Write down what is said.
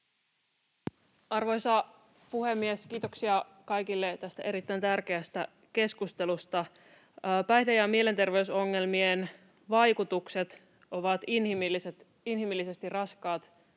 Arvoisa puhemies! Kiitoksia kaikille tästä erittäin tärkeästä keskustelusta. Päihde- ja mielenterveysongelmien vaikutukset ovat inhimillisesti raskaat